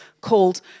called